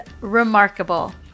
remarkable